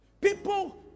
People